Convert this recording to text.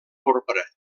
porpra